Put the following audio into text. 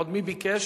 עוד מי ביקש?